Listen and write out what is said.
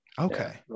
okay